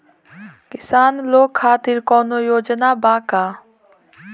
किसान लोग खातिर कौनों योजना बा का?